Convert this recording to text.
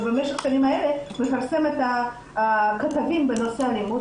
ובמשך השנים האלה הוא מפרסם את הכתבים בנושא אלימות